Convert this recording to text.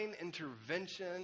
intervention